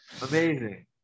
Amazing